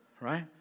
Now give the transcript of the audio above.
right